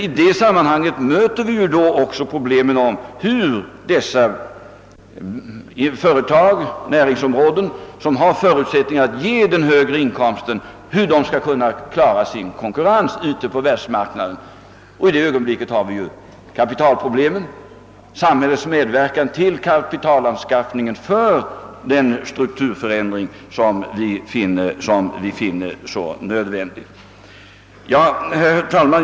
I det sammanhanget möter vi problemet om hur dessa företag och näringsområden, som har förutsättningar att ge den högre inkomsten, skall kunna klara sin konkurrens ute på världsmarknaden. Då aktualiseras också frågan om kapitalförsörjningen och samhällets medverkan till kapitalanskaffningen för den strukturförändring som vi finner så nödvändig. Herr talman!